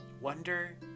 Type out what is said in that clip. Wonder